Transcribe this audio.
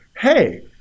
hey